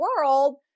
world